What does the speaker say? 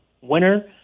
winner